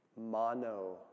mono